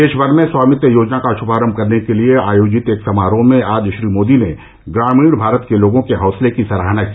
देश भर में स्वामित्व योजना का श्भारंभ करने के लिए आयोजित एक समारोह में आज श्री मोदी ने ग्रामीण भारत के लोगों के हौसले की सराहना की